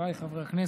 חבריי חברי הכנסת,